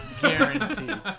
Guaranteed